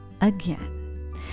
again